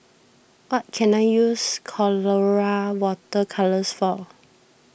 what can I use Colora Water Colours for